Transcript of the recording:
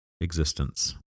existence